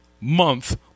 month